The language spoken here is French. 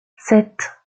sept